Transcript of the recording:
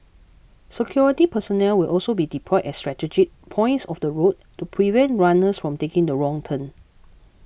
security personnel will also be deployed at strategic points of the route to prevent runners from taking the wrong turn